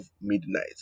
midnight